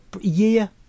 year